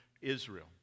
Israel